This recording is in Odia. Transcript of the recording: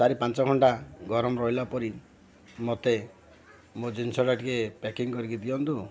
ଚାରି ପାଞ୍ଚ ଘଣ୍ଟା ଗରମ ରହିଲାପରି ମୋତେ ମୋ ଜିନିଷଟା ଟିକେ ପ୍ୟାକିଂ କରିକି ଦିଅନ୍ତୁ